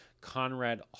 Conrad